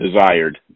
desired